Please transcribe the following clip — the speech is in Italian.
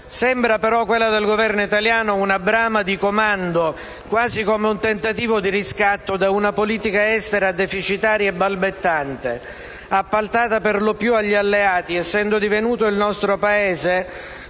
Libia. Quella del Governo italiano sembra però una brama di comando, quasi come un tentativo di riscatto da una politica estera deficitaria e balbettante, appaltata per lo più agli alleati, essendo divenuto il nostro Paese